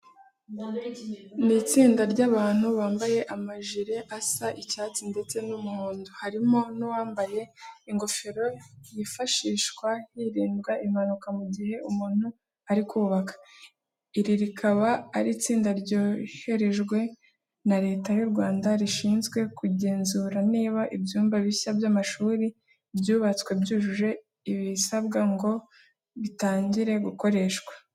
Ni itsinda ry'abantu bambaye amajire asa icyatsi ndetse n'umuhondo, harimo n'uwambaye ingofero yifashishwa hirindwa impanuka mu gihe umuntu ari kubaka. Iri rikaba ari itsinda ryoherejwe na Leta y'u Rwanda rishinzwe kugenzura niba ibyumba bishya by'amashuri byubatswe byujuje ibisabwa ngo bitangire gukoreshwa.